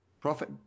profit